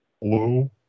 Hello